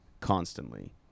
constantly